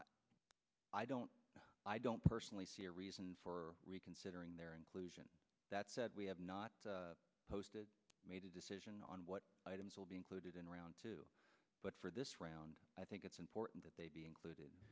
future i don't i don't personally see a reason for reconsidering their inclusion that said we have not posted made a decision on what items will be included in round two but for this round i think it's important that they be included